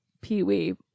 Pee-wee